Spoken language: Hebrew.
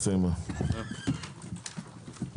הישיבה ננעלה בשעה 10:20.